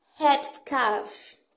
headscarf